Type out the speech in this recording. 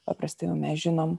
paprastai jau mes žinom